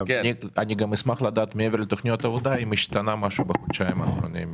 אני אשמח לדעת מעבר לתכניות העבודה אם השתנה משהו בחודשיים האחרונים,